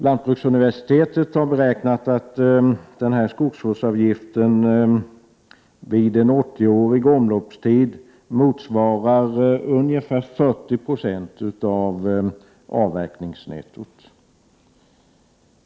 Lantbruksuniversitetet har beräknat att skogsvårdsavgiften vid en 80-årig omloppstid motsvarar ungefär 40 26 av avverkningsnettot.